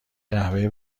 قهوه